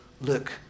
look